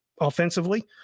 offensively